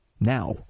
now